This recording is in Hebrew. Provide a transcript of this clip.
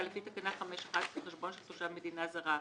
לפי תקנה 5(1) כחשבון של תושב מדינה זרה,